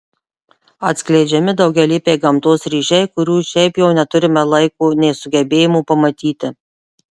atskleidžiami daugialypiai gamtos ryšiai kurių šiaip jau neturime laiko nei sugebėjimo pamatyti